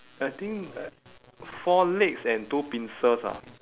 I think uh four legs and two pincers ah